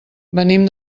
venim